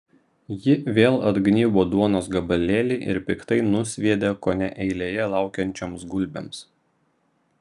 ji vėl atgnybo duonos gabalėlį ir piktai nusviedė kone eilėje laukiančioms gulbėms